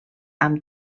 amb